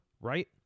right